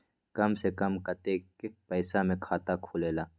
कम से कम कतेइक पैसा में खाता खुलेला?